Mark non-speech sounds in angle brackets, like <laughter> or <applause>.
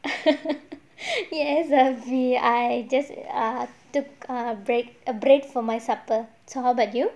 <laughs> yes erby I just err took a break a break for my supper so how about you